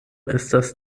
estas